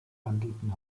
handelten